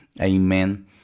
Amen